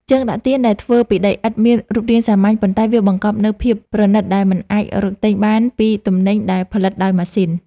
ជើងដាក់ទៀនដែលធ្វើពីដីឥដ្ឋមានរូបរាងសាមញ្ញ ប៉ុន្តែ វាបង្កប់នូវភាពប្រណីតដែលមិនអាចរកទិញបានពីទំនិញដែលផលិតដោយម៉ាស៊ីន។